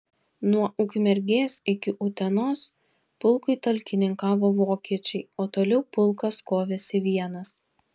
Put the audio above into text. nuo ukmergės iki utenos pulkui talkininkavo vokiečiai o toliau pulkas kovėsi vienas